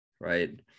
right